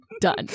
Done